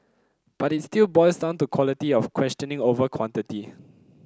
but it still boils down to quality of questioning over quantity